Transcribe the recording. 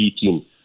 team